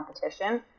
competition